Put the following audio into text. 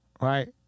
right